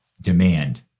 demand